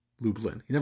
Lublin